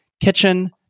kitchen